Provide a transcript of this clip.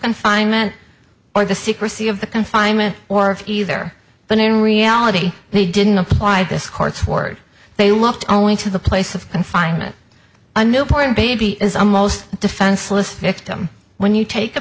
confinement or the secrecy of the confinement or of either but in reality they didn't apply this court's word they looked only to the place of confinement a newborn baby is a most defenseless victim when you take